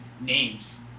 names